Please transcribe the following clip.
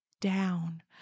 down